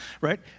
right